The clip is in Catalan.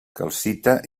calcita